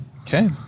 Okay